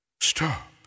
stop